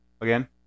again